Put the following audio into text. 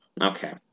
Okay